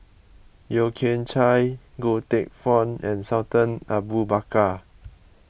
Yeo Kian Chye Goh Teck Phuan and Sultan Abu Bakar